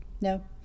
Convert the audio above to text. No